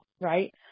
Right